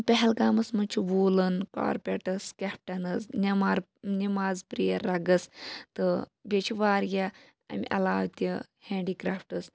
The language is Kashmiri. پَہلگامَس مَنٛز چھ ووٗلن کارپٹس کیٚٹینٕز نیٚمار نِماز پریٚیر رَگٕس تہٕ بیٚیہِ چھُ واریاہ امہِ عَلاو تہِ ہیٚنٛڈِکرافٹس